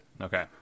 okay